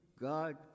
God